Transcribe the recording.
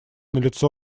налицо